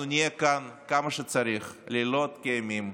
אנחנו נהיה כאן כמה שצריך, לילות כימים.